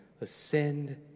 ascend